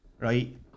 right